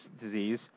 disease